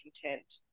content